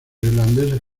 irlandeses